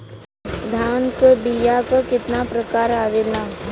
धान क बीया क कितना प्रकार आवेला?